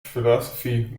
philosophy